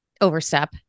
Overstep